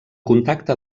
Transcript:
contacte